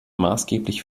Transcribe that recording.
maßgeblich